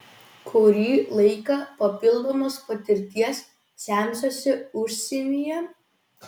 kurį laiką papildomos patirties semsiuosi užsienyje